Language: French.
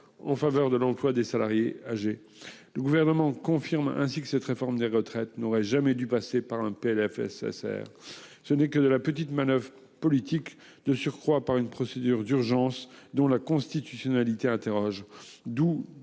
en faveur de l'emploi des salariés âgés. Le gouvernement confirme ainsi que cette réforme des retraites n'aurait jamais dû passer par un PLFSSR ce n'est que de la petite manoeuvre politique. De surcroît, par une procédure d'urgence dont la constitutionnalité interroge.